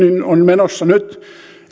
on menossa nyt